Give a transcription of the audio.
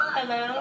Hello